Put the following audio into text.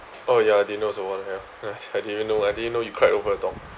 oh ya they know also what the hell I didn't know I didn't know you cried over a dog